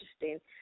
interesting